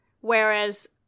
Whereas